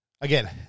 Again